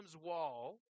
wall